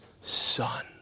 Son